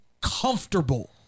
comfortable